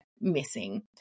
missing